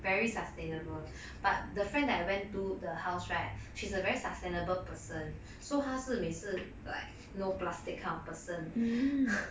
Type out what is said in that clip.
very sustainable but the friend that I went to the house right she's a very sustainable person so 她是每次 like no plastic kind of person